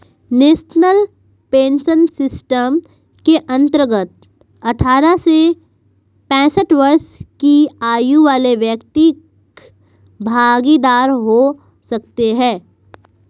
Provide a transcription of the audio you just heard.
national pension system के अंतर्गत अठारह से पैंसठ वर्ष की आयु वाले व्यक्ति भागीदार हो सकते हैं